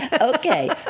Okay